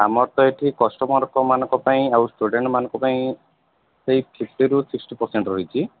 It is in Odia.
ଆମର ତ ଏଠି କଷ୍ଟମର୍ମାନଙ୍କ ପାଇଁ ଆଉ ଷ୍ଟୁଡେଣ୍ଟ୍ମାନଙ୍କ ପାଇଁ ଫିପ୍ଟିରୁ ସିକ୍ସଟି ପରସେଣ୍ଟ ରହିଛି